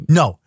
no